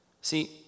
See